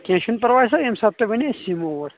کینٛہہ چھُنہٕ پَرواے سَر ییٚمہِ ساتہٕ تُہۍ ؤنِو أسۍ یِمو اور